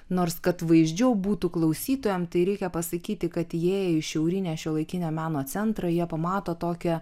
nors kad vaizdžiau būtų klausytojam tai reikia pasakyti kad įėję į šiaurinę šiuolaikinio meno centrą jie pamato tokią